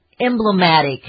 emblematic